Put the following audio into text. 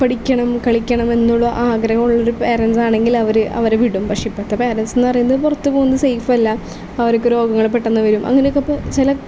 പഠിക്കണം കളിക്കണം എന്നുള്ള ആഗ്രഹമുള്ള ഒരു പാരൻസ് ആണെങ്കിൽ അവർ അവരെ വിടും പക്ഷേ ഇപ്പോഴത്തെ പാരൻസ് എന്ന് പറയുന്നത് പുറത്തു പോകുന്നത് സേഫല്ല അവർക്ക് രോഗങ്ങൾ പെട്ടെന്ന് വരും അങ്ങനെ ഒക്കെ ചില